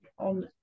on